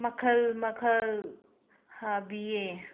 ꯃꯈꯜ ꯃꯈꯜ ꯍꯥꯞꯄꯤꯌꯦ